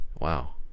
Wow